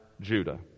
Judah